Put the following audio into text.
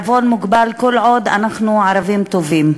בעירבון מוגבל, כל עוד אנחנו ערבים טובים,